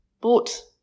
Bought